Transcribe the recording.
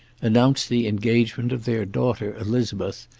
announce the engagement of their daughter, elizabeth,